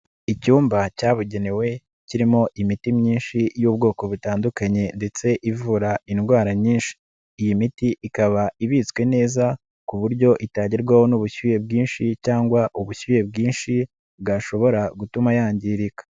Icyumba cyabugenewe kirimo imiti myinshi y'ubwoko butandukanye ndetse ivura indwara nyinshi. Iyi miti ikaba ibitswe neza ku buryo itagerwaho n'ubushyuhe bwinshi cyangwa ubushyuhe bwinshi, bwashobora gutuma yangirika.